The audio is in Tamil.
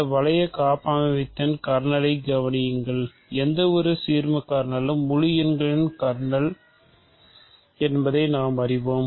இந்த வளைய காப்பமைவியத்தின் கர்னலைக் கவனியுங்கள் எந்தவொரு சீர்ம கர்னலும் முழு எண்களின் கர்னல் என்பதை நாம் அறிவோம்